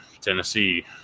Tennessee